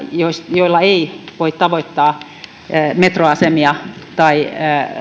joilla ei voi tavoittaa metroasemia tai